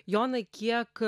jonai kiek